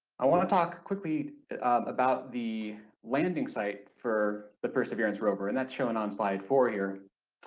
i want to talk quickly about the landing site for the perseverance rover and that's shown on slide four here,